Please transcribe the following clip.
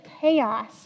chaos